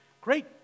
great